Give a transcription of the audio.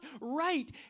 right